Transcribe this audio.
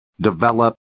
develop